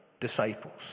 disciples